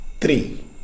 Three